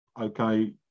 okay